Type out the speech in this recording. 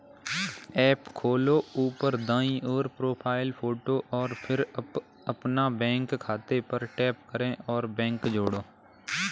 app खोलो, ऊपर दाईं ओर, प्रोफ़ाइल फ़ोटो और फिर अपने बैंक खाते पर टैप करें और बैंक जोड़ें